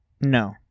No